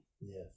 Yes